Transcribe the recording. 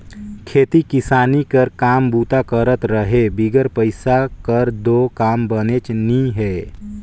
खेती किसानी कर काम बूता कर रहें बिगर पइसा कर दो काम बननेच नी हे